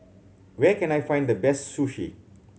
where can I find the best Sushi